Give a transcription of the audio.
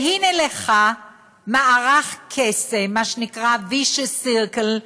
והנה לך מערך קסם, מה שנקרא vicious circle,